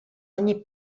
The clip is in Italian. ogni